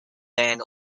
band